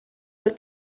fue